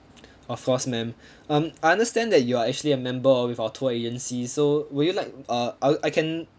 of course ma'am um I understand that you are actually a member of with our tour agency so would you like uh I'll I can